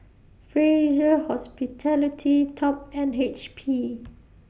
Fraser Hospitality Top and H P